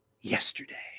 yesterday